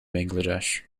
bangladesh